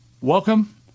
Welcome